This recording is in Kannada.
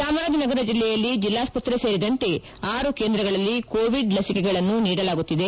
ಚಾಮರಾಜನಗರ ಜಲ್ಲೆಯಲ್ಲಿ ಜಲ್ಲಾಸ್ತತ್ರೆ ಸೇರಿದಂತೆ ಆರು ಕೇಂದ್ರಗಳಲ್ಲಿ ಕೋವಿಡ್ ಲಸಿಕೆಗಳನ್ನು ನೀಡಲಾಗುತ್ತಿದೆ